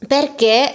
Perché